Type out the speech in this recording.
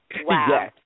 Wow